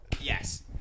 Yes